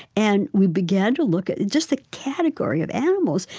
and we began to look at just the category of animals.